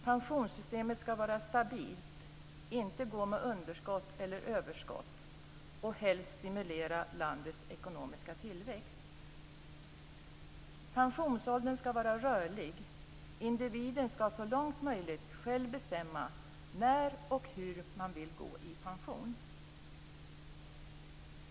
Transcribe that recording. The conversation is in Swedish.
Pensionssystemet skall vara stabilt, inte gå med underskott eller överskott, och helst stimulera landets ekonomiska tillväxt. Pensionsåldern skall vara rörlig, och individen skall så lång möjligt själv bestämma när och hur man vill gå i ålderspension.